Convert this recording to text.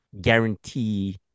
guarantee